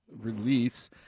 release